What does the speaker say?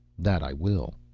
that i will.